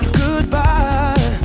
goodbye